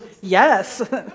yes